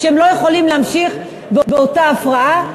שהם לא יכולים להמשיך באותה הפרעה,